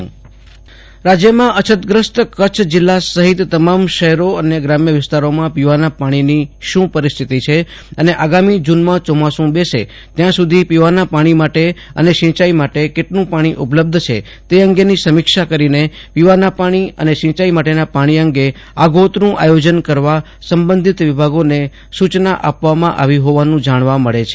આશુતોષ અંતાણી રાજય મંત્રીમંડળ પાણી સમિક્ષા રાજ્યમાં અછતગ્રસ્ત કચ્છ જિલ્લા સફિત તમામ શહેરો અને ગ્રામ્ય વિસ્તારોમાં પીવાના પાણીની શુ પરિસ્થિતિ છે અને આગામી જુનમાં ચોમાસુ બેસે ત્યાં સુધી પીવાના પાણી માટે અને સિંચાઈ માટે કેટલુ પાણી ઉપલબ્ધ છે તે અંગેની સમિક્ષા કરીને પીવાના પાણી અને સિંચાઈ માટેના પાણી અંગે આગોતરૂ આયોજન કરવા સંબંધિત વિભાગોને સુચના આપવામાં આવી જોવાનું જાણવા મળે છે